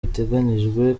biteganijwe